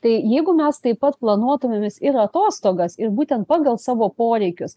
tai jeigu mes taip pat planuotumėmis ir atostogas ir būtent pagal savo poreikius